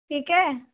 ठीक है